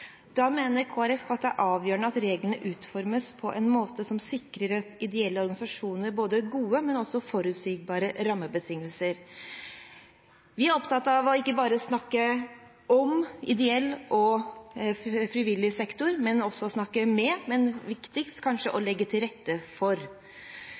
Da mener Kristelig Folkeparti det er avgjørende at reglene utformes på en måte som sikrer ideelle organisasjoner både gode og forutsigbare rammebetingelser. Vi er opptatt av ikke bare å snakke om ideell og frivillig sektor, men også av å snakke med. Viktigst er det kanskje å legge til rette for.